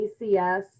ACS